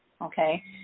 okay